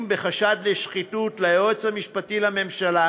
בחשד לשחיתות ליועץ המשפטי לממשלה,